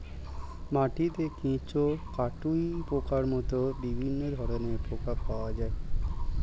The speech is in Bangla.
মাটিতে কেঁচো, কাটুই পোকার মতো বিভিন্ন ধরনের পোকা পাওয়া যায়